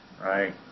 right